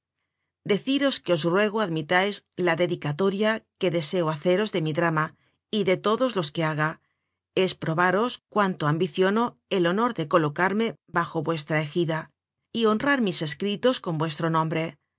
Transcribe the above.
deciros que os ruego admitais la dedicatoria que deseo hace ros de mi drama y de todos los que haga es probaros cuanto ambiciono el honor de colocarme bajo vuestra egida y honrar mis escritos con vuestro nombre